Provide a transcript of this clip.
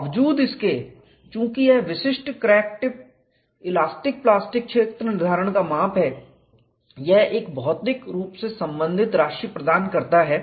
बावजूद इसके चूंकि यह विशिष्ट क्रैक टिप इलास्टिक प्लास्टिक क्षेत्र निर्धारण का माप है यह एक भौतिक रूप से संबंधित राशि क्वांटिटी प्रदान करता है